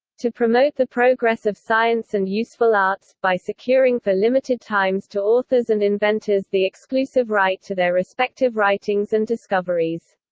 to promote the progress of science and useful arts, by securing for limited times to authors and inventors the exclusive right to their respective writings and discoveries.